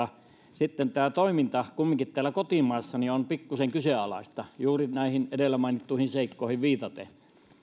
sitten tämä toiminta kumminkin täällä kotimaassa on pikkuisen kyseenalaista juuri näihin edellä mainittuihin seikkoihin viitaten